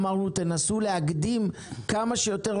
אמרנו תנסו להקדים כמה שיותר,